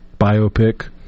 biopic